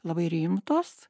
labai rimtos